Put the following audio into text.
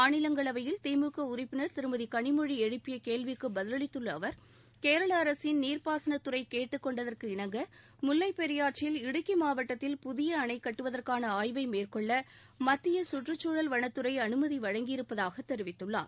மாநிலங்களவையில் திமுக உறுப்பினர் திருமதி கனிமொழி எழுப்பிய கேள்விக்கு பதிலளித்துள்ள அவர் கேரள அரசின் நீர்ப்பாசன துறை கேட்டுக் கொண்டதற்கிணங்க முல்லை பெரியாற்றில் இடுக்கி மாவட்டத்தில் புதிய அணை கட்டுவதற்கான ஆய்வை மேற்கொள்ள மத்திய சுற்றுச்சூழல் வனத்துறை அனுமதி வழங்கியிருப்பதாக தெரிவித்துள்ளார்